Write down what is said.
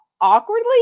awkwardly